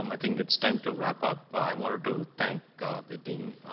um i think it's time to wrap up. i wanted to thank the dean,